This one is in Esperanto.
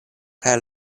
kaj